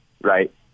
right